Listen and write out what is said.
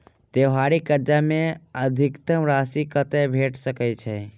त्योहारी कर्जा मे अधिकतम राशि कत्ते भेट सकय छई?